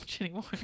anymore